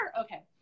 Okay